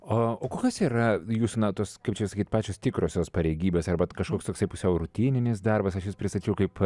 o o kokios na tos kaip čia sakyt pačios tikrosios pareigybės arba kažkoks toksai pusiau rutininis darbas aš jus pristačiau kaip